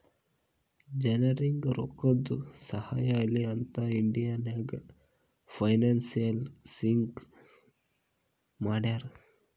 ಜನರಿಗ್ ರೋಕ್ಕಾದು ಸಹಾಯ ಆಲಿ ಅಂತ್ ಇಂಡಿಯಾ ನಾಗ್ ಫೈನಾನ್ಸಿಯಲ್ ಸ್ಕೀಮ್ ಮಾಡ್ಯಾರ